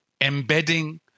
embedding